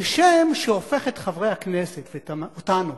זה שם שהופך את חבר הכנסת, אותנו,